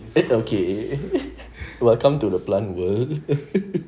that's okay welcome to the plant world